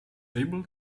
able